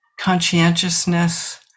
conscientiousness